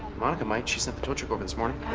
monica might. she sent the tow truck over this morning.